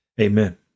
Amen